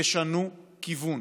תשנו כיוון.